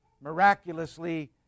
Miraculously